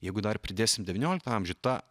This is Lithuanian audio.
jeigu dar pridėsime devynioliktą amžių ta